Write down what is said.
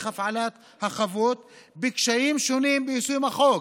הפעלת החוות בקשיים שונים ביישום החוק,